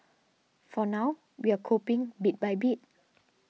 for now we're coping bit by bit